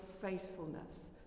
faithfulness